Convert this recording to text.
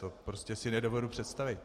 To si prostě nedovedu představit.